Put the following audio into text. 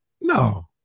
No